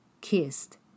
kissed